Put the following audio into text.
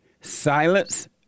Silence